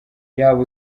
yabo